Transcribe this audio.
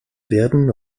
werden